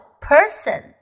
person